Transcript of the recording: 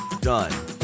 done